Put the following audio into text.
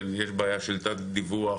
יש בעיה של תת דיווח